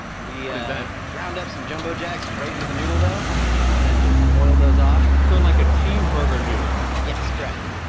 we ground up some jumbo jacks right into the noodle dough and then just boiled those off. so like a cheeseburger noodle. yes, correct.